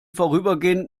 vorübergehend